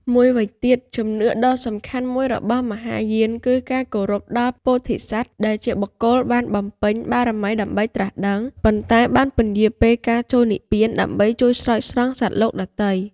មួយវិញទៀតជំនឿដ៏សំខាន់មួយរបស់មហាយានគឺការគោរពដល់ ពោធិសត្វ ដែលជាបុគ្គលបានបំពេញបារមីដើម្បីត្រាស់ដឹង ប៉ុន្តែបានពន្យារពេលការចូលនិព្វានដើម្បីជួយស្រោចស្រង់សត្វលោកដទៃ។